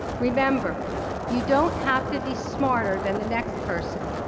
remember you don't have to be smarter than the next person,